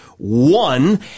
one